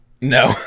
No